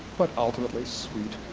but ultimately sweet.